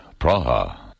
Praha